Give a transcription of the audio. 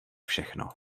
všechno